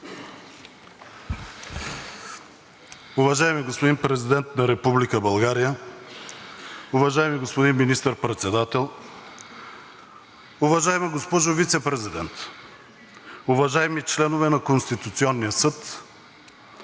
Уважаеми господин Президент на Република България, уважаеми господин Министър-председател, уважаема госпожо Вицепрезидент, уважаеми членове на Конституционния съд,